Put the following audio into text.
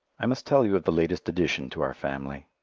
i must tell you of the latest addition to our family.